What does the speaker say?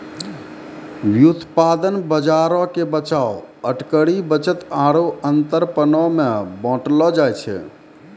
व्युत्पादन बजारो के बचाव, अटकरी, बचत आरु अंतरपनो मे बांटलो जाय छै